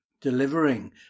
delivering